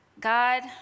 God